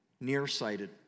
nearsighted